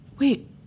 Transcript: Wait